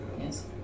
yes